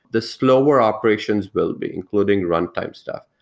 the slower operations will be, including run time stuff.